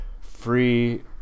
free